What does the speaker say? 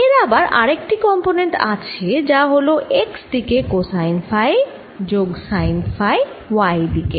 এর আবার আরেকটি কম্পোনেন্ট আছে যা হল x দিকে কোসাইন ফাই যোগ সাইন ফাই y দিকে